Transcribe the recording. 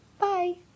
Bye